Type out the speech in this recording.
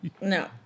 no